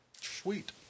sweet